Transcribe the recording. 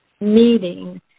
meeting